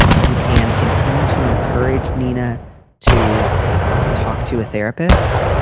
you can continue to encourage nina to talk to a therapist,